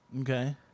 Okay